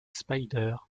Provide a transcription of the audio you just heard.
spider